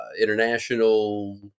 international